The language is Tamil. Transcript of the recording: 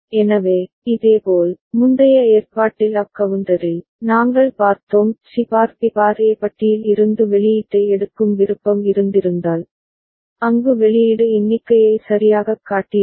எனவே இதேபோல் முந்தைய ஏற்பாட்டில் அப் கவுண்டரில் நாங்கள் பார்த்தோம் C bar B bar A பட்டியில் இருந்து வெளியீட்டை எடுக்கும் விருப்பம் இருந்திருந்தால் அங்கு வெளியீடு எண்ணிக்கையை சரியாகக் காட்டியிருக்கும்